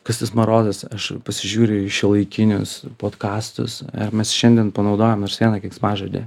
kas tas marozas aš pasižiūriu į šiuolaikinius podkastus ar mes šiandien panaudojom nors vieną keiksmažodį